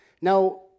Now